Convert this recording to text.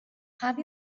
have